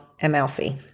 Amalfi